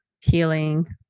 healing